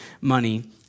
money